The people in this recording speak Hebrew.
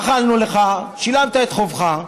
מחלנו לך, שילמת את חובך.